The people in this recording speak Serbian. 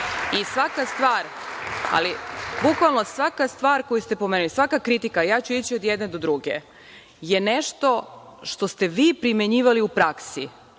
stvar, ali bukvalno svaka stvar koju ste pomenuli, svaka kritika, ja ću ići od jedne do druge, je nešto ste vi primenjivali u praksi. Dakle,